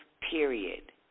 period